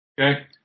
Okay